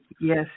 yes